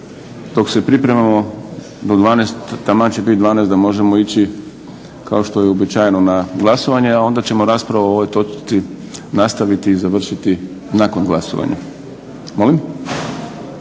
dok se pripremamo do 12, taman će biti 12 da možemo ići kao što je uobičajeno na glasovanje, a onda ćemo raspravu o ovoj točci nastaviti i završiti nakon glasovanja. Molim?